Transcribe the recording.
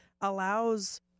allows